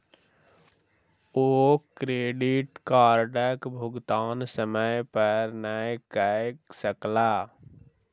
ओ credit कार्डक भुगतान समय पर नै कय सकला